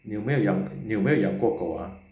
有没有养有没有养过狗啊